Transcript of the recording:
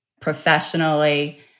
professionally